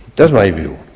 that's my view.